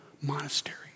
monastery